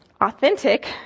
authentic